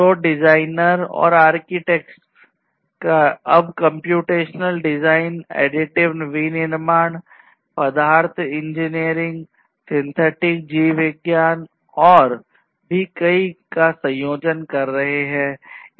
तो डिजाइनर और आर्किटेक्ट्स अब कम्प्यूटेशनल डिजाइन additive विनिर्माण पदार्थ इंजीनियरिंग और भी कई का संयोजन कर रहे हैं